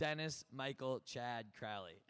dennis michael chad crowley